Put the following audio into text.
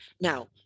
Now